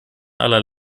aller